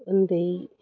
उन्दै